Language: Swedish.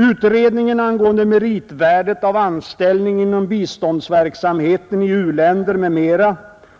Utredningen angående meritvärdet av anställning inom biståndsverksamheten i u-länder, m.m.,